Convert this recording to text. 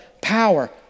power